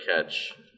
catch